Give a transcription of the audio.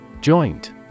Joint